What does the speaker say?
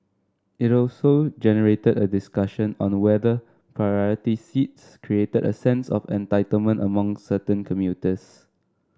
it also generated a discussion on whether priority seats created a sense of entitlement among certain commuters